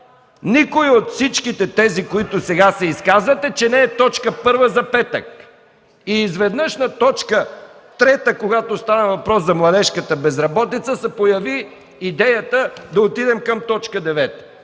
Никой от всички тези, които сега се изказвате, че не е т. 1 за петък! Изведнъж на т. 3, когато става въпрос за младежката безработица, се появи идеята да отидем на т.